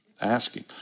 asking